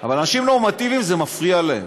אבל אנשים נורמטיביים, זה מפריע להם.